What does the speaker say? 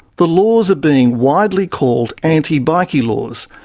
the laws are being widely called anti-bikie laws,